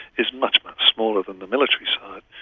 is much, much smaller than the military side.